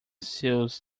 seus